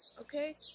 Okay